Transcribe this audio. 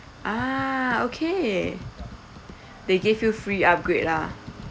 ah okay they give you free upgrade lah